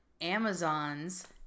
Amazon's